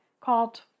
called